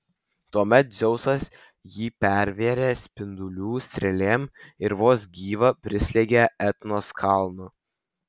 tuomet dzeusas jį pervėrė spindulių strėlėm ir vos gyvą prislėgė etnos kalnu